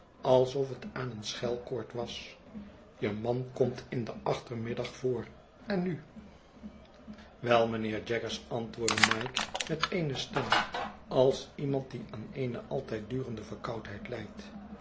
alsof het aan een schelkoord was je man komt in den achtermiddag voor en nu wel mynheer jaggers antwoordde mike met eene stem als iemand die aan eene altijddurende verkoudheid lijdt